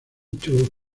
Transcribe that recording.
too